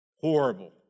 Horrible